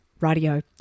Radio